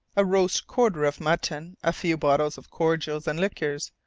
a roast quarter of mutton, a few bottles of cordials and liqueurs,